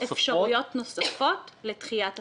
שתי אפשרויות נוספות לדחיית התחילה,